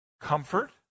Comfort